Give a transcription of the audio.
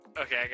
Okay